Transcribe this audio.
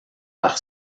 par